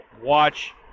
watch